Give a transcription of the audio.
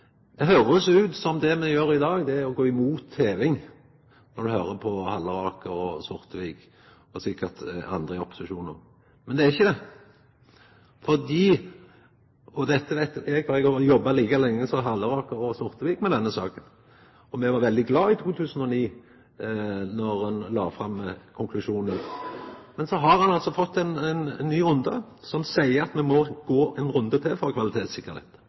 ut som om det me gjer i dag, er å gå imot heving, når ein hører på Halleraker og Sortevik og sikkert andre i opposisjonen òg. Men det er ikkje det, for – og dette veit eg, for eg har jobba like lenge som Halleraker og Sortevik med denne saka – me var veldig glade i 2009, då ein la fram konklusjonen. Men så har ein altså fått ein ny runde – me må gå ein runde til